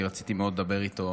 כי רציתי מאוד לדבר איתו